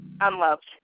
Unloved